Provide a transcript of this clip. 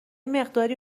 مقداری